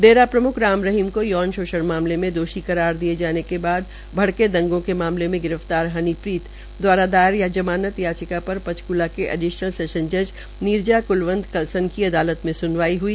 डेरा प्रमुख राम रहीम को यौन शोषण मामले में दोषी करार दिये जाने के बाद भड़के दंगों के मामलें में गिरफ्तार हनीप्रीत द्वारा दायर जमानत याचिका जमानत याचिाक पर पंचक्ला की अदालत जज नीरजा क्लवंत कलसन की अदालत में स्नवाई हई